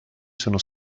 sono